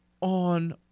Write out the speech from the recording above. on